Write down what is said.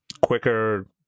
quicker